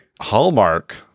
Hallmark